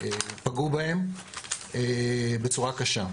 שפגעו בהם בצורה קשה.